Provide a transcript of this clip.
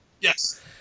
Yes